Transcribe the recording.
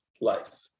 life